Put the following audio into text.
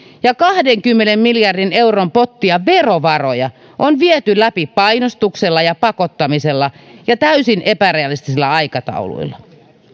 ja kahdenkymmenen miljardin euron pottia verovaroja on viety läpi painostuksella ja pakottamisella ja täysin epärealistisilla aikatauluilla